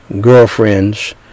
girlfriends